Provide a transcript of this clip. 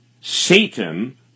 Satan